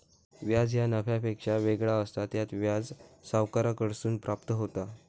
व्याज ह्या नफ्यापेक्षा वेगळा असता, त्यात व्याज सावकाराकडसून प्राप्त होता